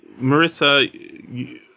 Marissa